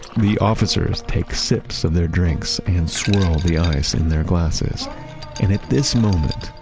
the officers take sips of their drinks and swirl the ice in their glasses and at this moment,